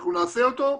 אנחנו נעשה אותו,